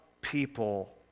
people